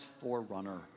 forerunner